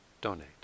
donate